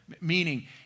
meaning